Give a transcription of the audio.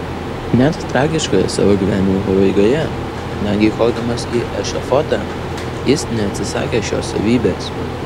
net tragiškoje savo gyvenimo pabaigoje netgi kopdamas į ešafotą jis neatsisakė šios savybės